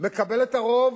מקבל את הרוב,